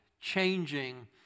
changing